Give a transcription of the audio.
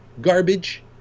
garbage